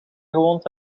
gewoond